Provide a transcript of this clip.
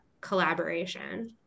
collaboration